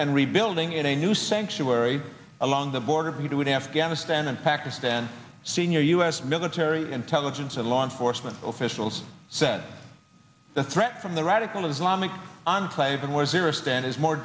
and rebuilding in a new sanctuary along the border between afghanistan and pakistan senior u s military intelligence and law enforcement officials said the threat from the radical islamic enclave it was here a stand is more